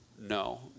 No